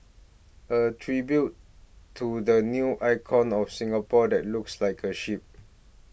a tribute to the new icon of Singapore that looks like a ship